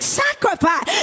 sacrifice